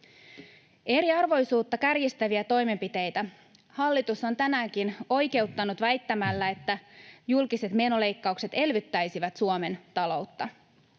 Eriarvoisuutta kärjistäviä toimenpiteitä hallitus on tänäänkin oikeuttanut väittämällä, että julkiset menoleikkaukset elvyttäisivät Suomen taloutta.